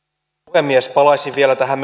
puhemies palaisin vielä tähän